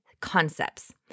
concepts